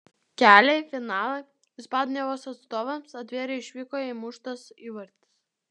kelią į finalą ispanijos atstovams atvėrė išvykoje įmuštas įvartis